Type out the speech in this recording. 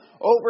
over